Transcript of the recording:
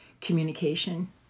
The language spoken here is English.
communication